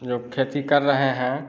जो खेती कर रहे हैं